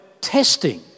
testing